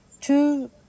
two